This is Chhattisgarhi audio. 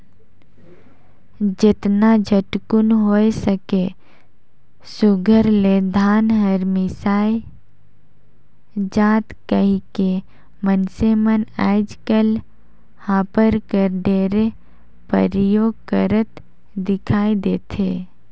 जेतना झटकुन होए सके सुग्घर ले धान हर मिसाए जाए कहिके मइनसे मन आएज काएल हापर कर ढेरे परियोग करत दिखई देथे